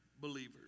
believers